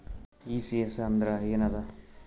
ECS ಅಂದ್ರ ಏನದ?